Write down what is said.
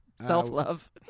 self-love